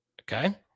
Okay